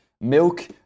milk